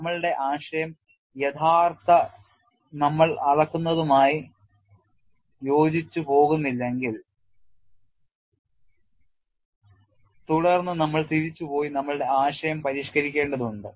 നമ്മളുടെ ആശയം യഥാർത്ഥത്ത നമ്മൾ അളക്കുന്നതുമായി യോജിച്ചു പോകുന്നില്ലെങ്കിൽ തുടർന്ന് നമ്മൾ തിരിച്ചുപോയി നമ്മളുടെ ആശയം പരിഷ്ക്കരിക്കേണ്ടതുണ്ട്